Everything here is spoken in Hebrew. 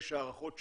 יש הערכות שונות,